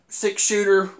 six-shooter